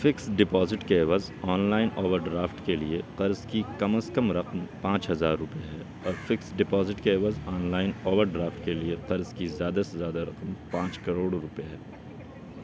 fix deposit کے عوض online overdraft کے لیے قرض کی کم از کم رقم پانچ ہزار روپئے ہے اور فکس ڈپازٹ کے عوض آن لائن اوور ڈرافٹ کے لیے قرض کی زیادہ سے زیادہ رقم پانچ کروڑ روپئے ہے